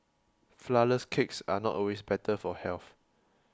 Flourless Cakes are not always better for health